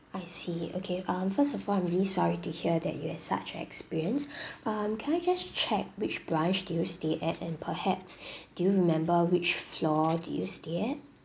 I see okay um first of all I'm really sorry to hear that you had such a experience um can I just check which branch did you stay at and perhaps do you remember which floor did you stay at